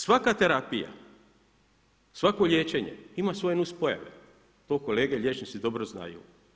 Svaka terapija, svako liječenje ima svoje nuspojave, to kolege liječnici dobro znaju.